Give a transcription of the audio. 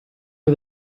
for